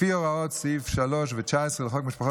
לפי הוראות סעיפים 3 ו-19 לחוק משפחות